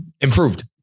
improved